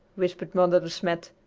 whispered mother de smet.